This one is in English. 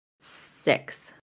Six